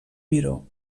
miró